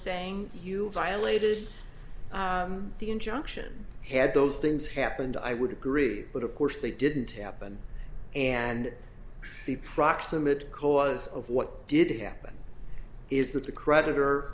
saying you violated the injunction had those things happened i would agree but of course they didn't happen and the proximate cause of what did happen is that the creditor